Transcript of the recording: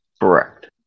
Correct